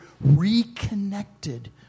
reconnected